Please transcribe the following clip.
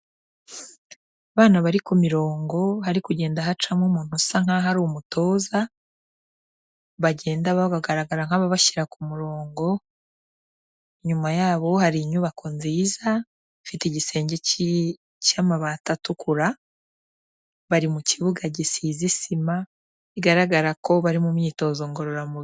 Abana bari ku mirongo hari kugenda hacamo umuntu usa nkaho ari umutoza, bagenda bagaragara nk'abari kubashyira ku murongo, inyuma ya hari inyubako nziza ifite igisenge cy'amabati atukura, bari mu kibuga gisize isima bigaragara ko bari mu myitozo ngororamubiri.